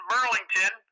Burlington